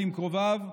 ועם קרוביו.